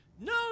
no